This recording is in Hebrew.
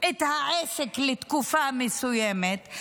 את העסק לתקופה מסוימת,